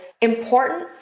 important